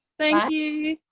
thank you.